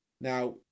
Now